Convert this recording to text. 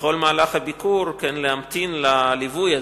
בכל מהלך הביקור להמתין לליווי הזה.